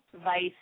Vice